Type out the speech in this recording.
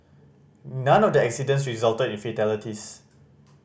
none of the accidents resulted in fatalities